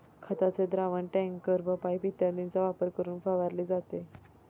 खताचे द्रावण टँकर व पाइप इत्यादींचा वापर करून फवारले जाते